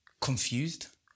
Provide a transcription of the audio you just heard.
confused